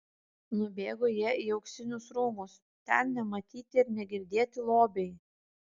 nubėgo jie į auksinius rūmus ten nematyti ir negirdėti lobiai